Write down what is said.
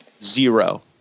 Zero